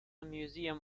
museum